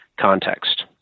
context